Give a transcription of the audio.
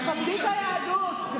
את צריכה להתבייש.